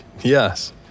Yes